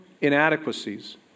inadequacies